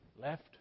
Left